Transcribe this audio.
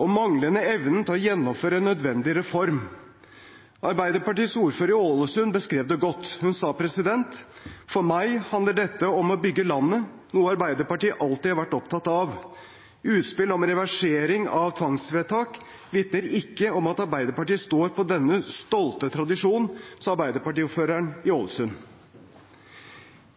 og manglende evne til å gjennomføre en nødvendig reform. Arbeiderpartiets ordfører i Ålesund beskrev det godt. Hun sa: «For meg handler dette om å bygge landet, noe Ap alltid har vært opptatt av. Utspillet om reversering av tvangsvedtak vitner ikke om at Ap står på denne stolte tradisjonen,» sa Arbeiderparti-ordføreren i Ålesund.